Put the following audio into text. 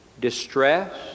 distress